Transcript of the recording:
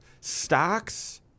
Stocks